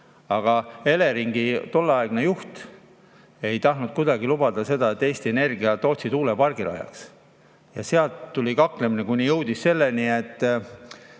aga Eleringi tolleaegne juht ei tahtnud kuidagi lubada seda, et Eesti Energia Tootsi tuulepargi rajaks. Ja sealt tuli kaklemine. See jõudis selleni, et